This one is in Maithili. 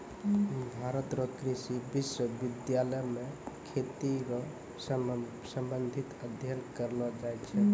भारत रो कृषि विश्वबिद्यालय मे खेती रो संबंधित अध्ययन करलो जाय छै